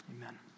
amen